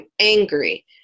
angry